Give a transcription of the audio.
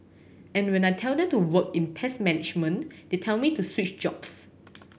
and when I tell them to work in pest management they tell me to switch jobs